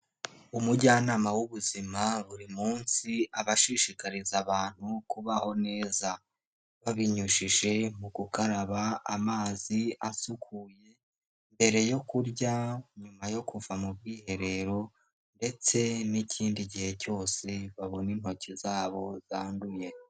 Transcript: Umujyanama w'ubuzima buri munsi aba ashishikariza abantu kubaho neza, babinyujije mu gukaraba amazi asukuye, mbere yo kurya nyuma yo kuva mu bwiherero, ndetse n'ikindi gihe cyose babona intoki zabo zanduye.